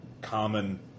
common